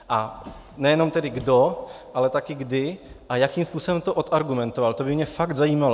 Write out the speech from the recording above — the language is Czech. A nejenom tedy kdo, ale taky kdy a jakým způsobem to odargumentoval, to by mě fakt zajímalo.